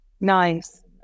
Nice